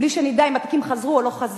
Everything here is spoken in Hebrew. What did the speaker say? בלי שנדע אם התיקים חזרו או לא חזרו,